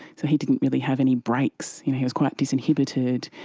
so he didn't really have any brakes. you know, he was quite disinhibited,